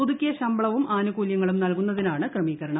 പുതുക്കിയ ശമ്പളവും ആനുകൂല്യങ്ങളും നൽകുന്നതിനാണ് ക്രമികരണം